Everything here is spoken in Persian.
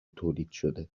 تولیدشده